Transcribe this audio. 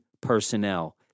personnel